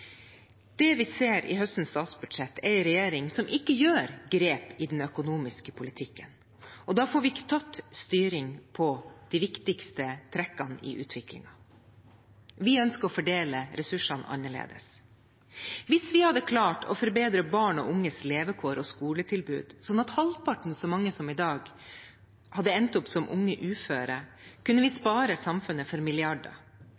Det vi ser i høstens statsbudsjett, er en regjering som ikke tar grep i den økonomiske politikken. Da får vi ikke tatt styring på de viktigste trekkene ved utviklingen. Vi ønsker å fordele ressursene annerledes. Hvis vi hadde klart å forbedre barn og unges levekår og skoletilbud, sånn at halvparten så mange som i dag hadde endt opp som unge uføre, kunne vi spare samfunnet for milliarder.